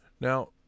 now